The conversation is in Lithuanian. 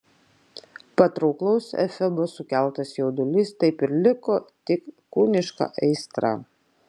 patrauklaus efebo sukeltas jaudulys taip ir liko tik kūniška aistra